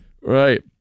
Right